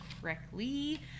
correctly